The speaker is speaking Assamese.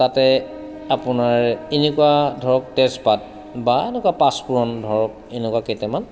তাতে আপোনাৰ এনেকুৱা ধৰক তেজপাত বা এনেকুৱা পাঁচপূৰণ ধৰক এনেকুৱা কেইটামান